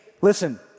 listen